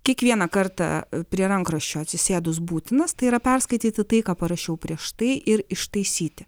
kiekvieną kartą prie rankraščio atsisėdus būtinas tai yra perskaityti tai ką parašiau prieš tai ir ištaisyti